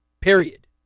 period